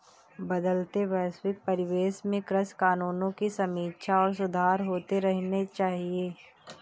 बदलते वैश्विक परिवेश में कृषि कानूनों की समीक्षा और सुधार होते रहने चाहिए